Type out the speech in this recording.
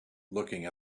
looking